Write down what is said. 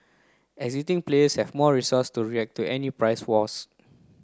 existing players have more resources to react to any price wars